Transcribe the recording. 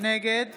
נגד